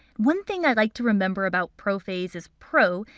one thing i like to remember about prophase is pro,